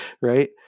right